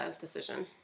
decision